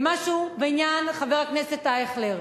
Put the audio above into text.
ומשהו בעניין חבר הכנסת אייכלר.